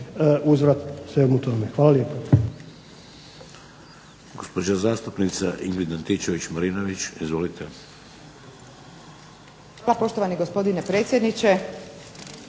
uzvrat svemu tome. Hvala lijepa.